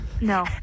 No